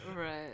Right